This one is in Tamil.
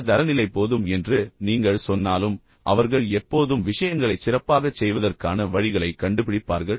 இந்த தரநிலை போதும் என்று நீங்கள் சொன்னாலும் அவர்கள் எப்போதும் விஷயங்களைச் சிறப்பாகச் செய்வதற்கான வழிகளைக் கண்டுபிடிப்பார்கள்